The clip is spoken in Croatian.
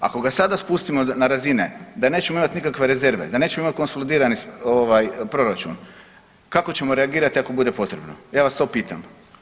Ako ga sada spustimo na razine da nećemo imat nikakve rezerve, da nećemo imat konsolidirani ovaj proračun, kako ćemo reagirati ako bude potrebno, ja vas to pitam.